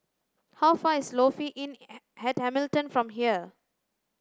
how far is Lofi Inn at Hamilton from here